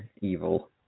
evil